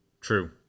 True